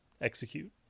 execute